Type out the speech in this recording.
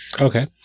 Okay